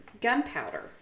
gunpowder